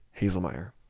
hazelmeyer